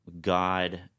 God